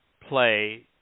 play